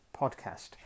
podcast